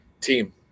team